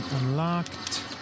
unlocked